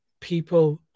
people